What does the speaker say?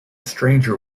stranger